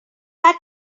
had